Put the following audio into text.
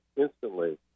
instantly